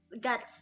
got